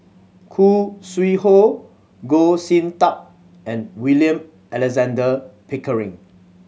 Khoo Sui Hoe Goh Sin Tub and William Alexander Pickering